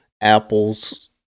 apples